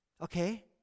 okay